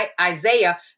Isaiah